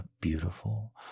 beautiful